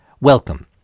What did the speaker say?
Welcome